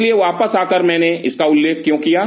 इसलिए वापस आकर मैंने इसका उल्लेख क्यों किया